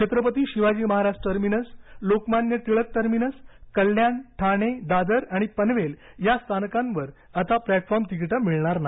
Chhatrapati Shivaji Maharaj terminus Lokmanya Tilak terminus Kalyan Thane Dadar आणि पनवेल या स्थानकांवर आता प्लॅटफॉर्म तिकीट मिळणार नाही